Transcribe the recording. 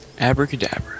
Abracadabra